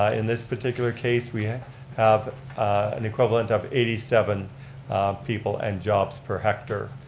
ah in this particular case, we have an equivalent of eighty seven people and jobs per hectare.